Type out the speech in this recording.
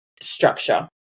structure